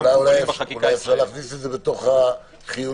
אולי אפשר להכניס את זה בתוך החיוניים.